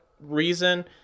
reason